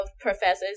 professors